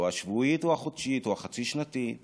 או השבועית או החודשית או החצי-שנתית בזה,